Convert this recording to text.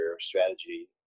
strategy